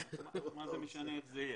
זה משנה איך זה יהיה?